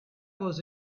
was